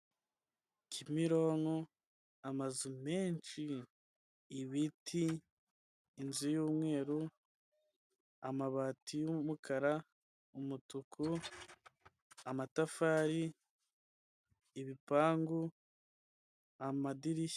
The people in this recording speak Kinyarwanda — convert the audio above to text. Kimironko amazu menshi ibiti, inzu y'umweru, amabati y'umukara, umutuku, amatafari, ibipangu, amadirishya.